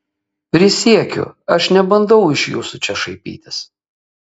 prisiekiu aš nebandau iš jūsų čia šaipytis